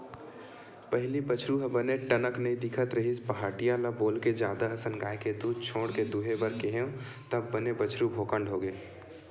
पहिली बछरु ह बने टनक नइ दिखत रिहिस पहाटिया ल बोलके जादा असन गाय के दूद छोड़ के दूहे बर केहेंव तब बने बछरु भोकंड होगे